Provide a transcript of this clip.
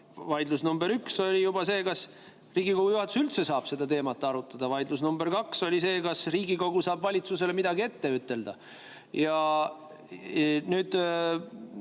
Vaidlus nr 1 oli see, kas Riigikogu juhatus üldse saab seda teemat arutada. Vaidlus nr 2 oli see, kas Riigikogu saab valitsusele midagi ette ütelda. Juba nendes